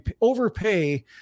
overpay